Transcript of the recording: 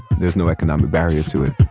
there's no economic barrier to it